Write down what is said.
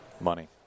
Money